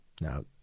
Now